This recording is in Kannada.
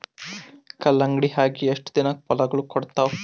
ಕಲ್ಲಂಗಡಿ ಅಗಿ ಎಷ್ಟ ದಿನಕ ಫಲಾಗೋಳ ಕೊಡತಾವ?